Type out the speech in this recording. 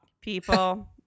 people